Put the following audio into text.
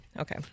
Okay